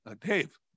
Dave